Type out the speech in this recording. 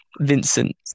Vincent